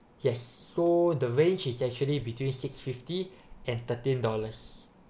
yes so the range is actually between six fifty and thirteen dollars